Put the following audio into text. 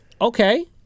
Okay